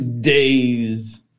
days